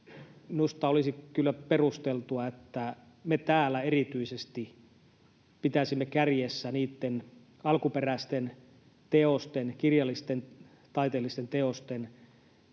minusta olisi kyllä perusteltua, että me täällä erityisesti pitäisimme kärjessä niiden alkuperäisten teosten — kirjallisten, taiteellisten teosten